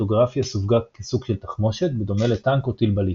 קריפטוגרפיה סווגה כסוג של "תחמושת" בדומה לטנק או טיל בליסטי,